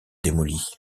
démolie